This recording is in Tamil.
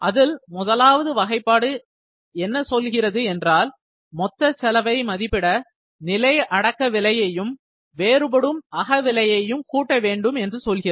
அதில் முதலாவது வகைப்பாடு என்ன சொல்கிறது என்றால் மொத்த செலவை மதிப்பிட நிலை அடக்க விலையையும் வேறுபடும் அகவிலையையும் கூட்ட வேண்டும் என்று சொல்கிறது